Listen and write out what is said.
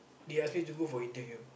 they ask me to go for interview